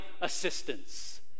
assistance